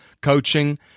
coaching